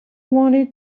wanted